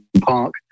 Park